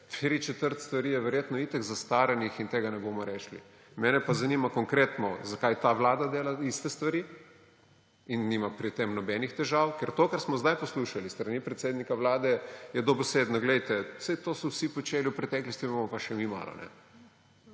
tričetrt stvari je verjetno itak zastaranih in tega ne bomo rešili. Mene pa zanima konkretno, zakaj ta vlada dela iste stvari in nima pri tem nobenih težav. Kar to, kar smo zdaj poslušali s strani predsednika Vlade, je dobesedno, poglejte, saj to so vsi počeli v preteklosti, bomo pa še mi malo.